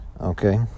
okay